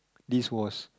this was